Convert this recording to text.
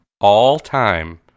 all-time